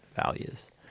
values